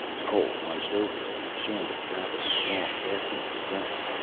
cole hunched over as he shambled rapidly along, gasping for breath.